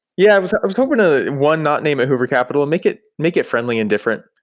yeah. i was was hoping to, one, not name it hoover capital and make it make it friendly and different.